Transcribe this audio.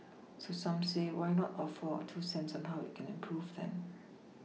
so some say why not offer our two cents on how it can improve then